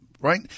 Right